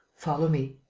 follow me,